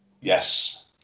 Yes